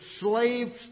slaves